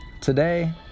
Today